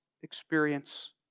experience